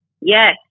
Yes